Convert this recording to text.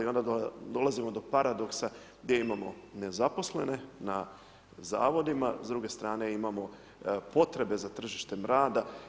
I onda dolazimo do paradoksa gdje imamo nezaposlene na zavodima, s druge strane imamo potrebe za tržištem rada.